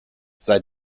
sei